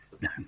No